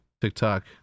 TikTok